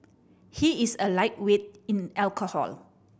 he is a lightweight in alcohol